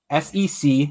SEC